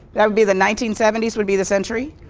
that would be the nineteen seventies, would be the century?